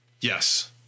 yes